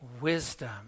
wisdom